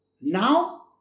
Now